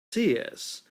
seers